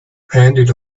handed